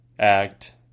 Act